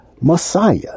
Messiah